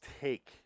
take